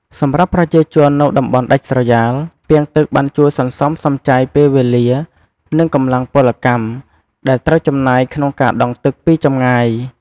សម្រាប់ប្រជាជននៅតំបន់ដាច់ស្រយាល ពាងទឹកបានជួយសន្សំសំចៃពេលវេលា និងកម្លាំងពលកម្មដែលត្រូវចំណាយក្នុងការដងទឹកពីចម្ងាយ។